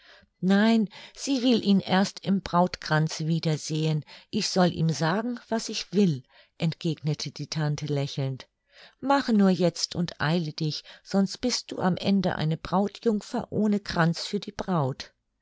nein sie will ihn erst im brautkranze wieder sehen ich soll ihm sagen was ich will entgegnete die tante lächelnd mache nur jetzt und eile dich sonst bist du am ende eine brautjungfer ohne kranz für die braut